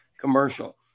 commercial